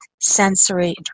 sensory